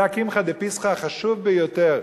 זה הקמחא דפסחא החשוב ביותר.